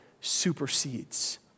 supersedes